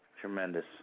Tremendous